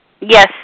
Yes